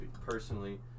personally